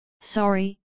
Sorry